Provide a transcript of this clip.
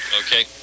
Okay